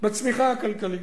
בצמיחה הכלכלית.